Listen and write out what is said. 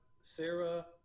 sarah